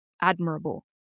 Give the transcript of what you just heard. admirable